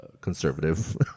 conservative